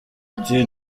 ati